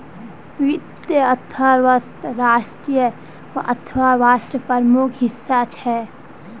वीत्तिये अर्थवैवस्था राष्ट्रिय अर्थ्वैवास्थार प्रमुख हिस्सा छे